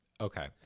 Okay